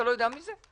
אתה לא יודע מי זה?